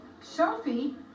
Sophie